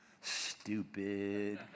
Stupid